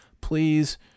please